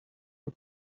for